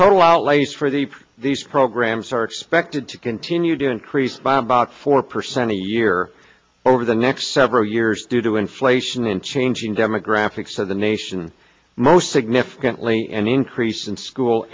total outlays for the these programs are expected to continue to increase by about four percent a year over the next several years due to inflation in changing demographics to the nation most significantly an increase in school